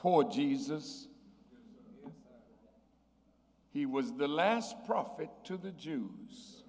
poet jesus he was the last prophet to the jews